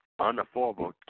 unaffordable